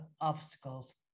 obstacles